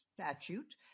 statute